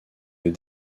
des